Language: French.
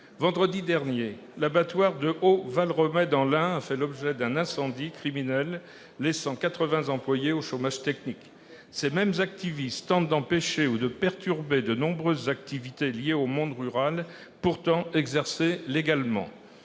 Vendredi dernier, l'abattoir de Haut-Valromey, dans l'Ain, a été la cible d'un incendie criminel, laissant 80 employés au chômage technique. Les mêmes activistes tentent d'empêcher ou de perturber de nombreuses activités liées au monde rural, pourtant exercées légalement.